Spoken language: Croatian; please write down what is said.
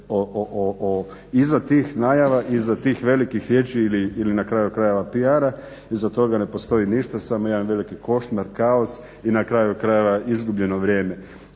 iza tih najava, iza tih velikih riječi ili na kraju krajeva PR-a iza toga ne postoji ništa samo jedan veliki košmar, kaos i na kraju krajeva izgubljeno vrijeme.